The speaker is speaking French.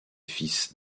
fils